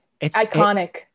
Iconic